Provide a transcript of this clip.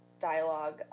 dialogue